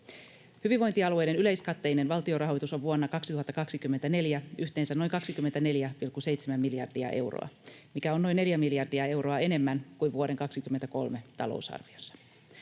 Hyvinvointialueiden yleiskatteinen valtionrahoitus on vuonna 2024 yhteensä noin 24,7 miljardia euroa, mikä on noin neljä miljardia euroa enemmän kuin vuoden 23 talousarviossa.